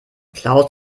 klaus